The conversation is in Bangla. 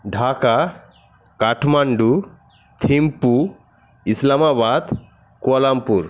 ঢাকা কাঠমান্ডু থিম্পু ইসলামাবাদ কুয়ালামপুর